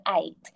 eight